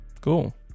Cool